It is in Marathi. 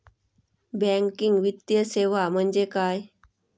बँकिंग वित्तीय सेवा म्हणजे काय?